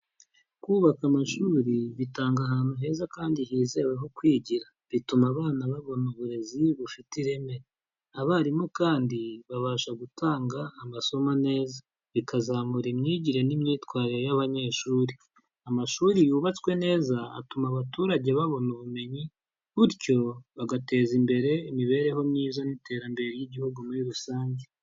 Kubaka amashuri bitanga ahantu heza kandi hizewe ho kwigira, bituma abana babona uburezi bufite ireme, abarimu kandi babasha gutanga amasomo neza, bikazamura imyigire n'imyitwarire y'abanyeshuri, amashuri yubatswe neza atuma abaturage babona ubumenyi, bityo bagateza imbere imibereho myiza n'iterambere ry'igihugu muri rusange.